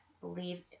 believe